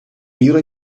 мира